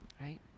Right